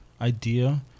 idea